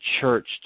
church